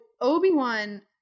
Obi-Wan